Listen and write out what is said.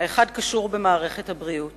האחד קשור למערכת הבריאות.